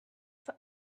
for